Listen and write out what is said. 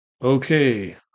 okay